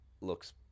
looks